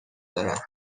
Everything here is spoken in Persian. دارم